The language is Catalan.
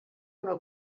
una